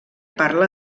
parla